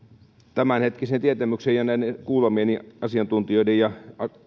tämänhetkisen tietämykseni ja kuulemieni asiantuntijoiden ja